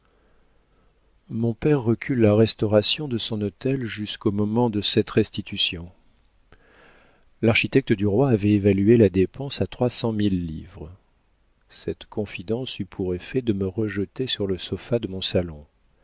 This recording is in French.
mon père recule la restauration de son hôtel jusqu'au moment de cette restitution l'architecte du roi avait évalué la dépense à trois cent mille livres cette confidence eut pour effet de me rejeter sur le sofa de mon salon